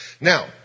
Now